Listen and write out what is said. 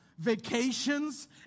vacations